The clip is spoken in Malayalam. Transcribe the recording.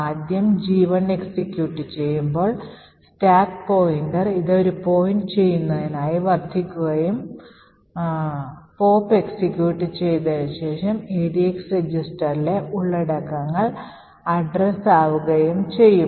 ആദ്യം G1 എക്സിക്യൂട്ട് ചെയ്യുമ്പോൾ സ്റ്റാക്ക് പോയിന്റർ ഇത് point ചെയ്യുന്നതിനായി വർദ്ധിപ്പിക്കുകയും poop എക്സിക്യൂട്ട് ചെയ്തതിന് ശേഷം edx രജിസ്റ്ററിലെ ഉള്ളടക്കങ്ങൾ അഡ്രസ്സ് ആവുകയും ചെയ്യും